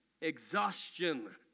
exhaustion